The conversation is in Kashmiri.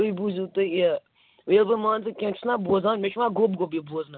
تُہۍ بوٗزِو تُہۍ یہِ ییٚلہِ بہٕ مان ژٕ کیٚنٛہہ چھُس نا بوزان مےٚ چھُ یِوان گوٚب گوٚب یہِ بوزنہٕ